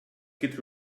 git